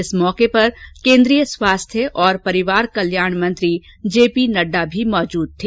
इस मौके पर केन्द्रीय स्वास्थ्य और परिवार कल्याण मेंत्री जेपी नड्डा भी मौजूद थे